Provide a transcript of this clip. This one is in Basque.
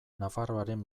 nafarroaren